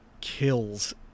kills